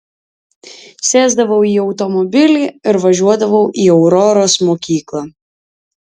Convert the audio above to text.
sėsdavau į automobilį ir važiuodavau į auroros mokyklą